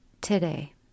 today